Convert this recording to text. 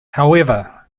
however